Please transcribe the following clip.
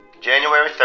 January